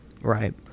Right